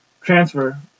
transfer